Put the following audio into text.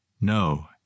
No